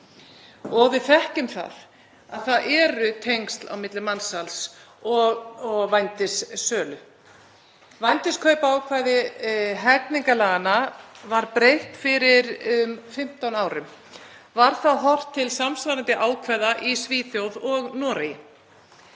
og við þekkjum það að það eru tengsl á milli mansals og vændissölu. Vændiskaupaákvæði hegningarlaganna var breytt fyrir um 15 árum. Var þá horft til samsvarandi ákvæða í Svíþjóð og Noregi.